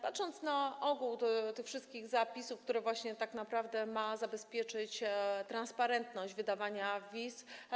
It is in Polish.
Patrząc na ogół tych wszystkich zapisów, które właśnie tak naprawdę mają zabezpieczyć transparentność wydawania wiz,